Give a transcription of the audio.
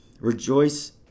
Rejoice